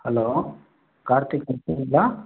hello Karthik